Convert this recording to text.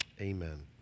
Amen